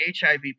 HIV